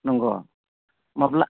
नंगौ माब्ला